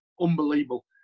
unbelievable